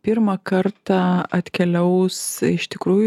pirmą kartą atkeliaus iš tikrųjų